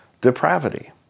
depravity